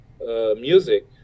music